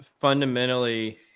fundamentally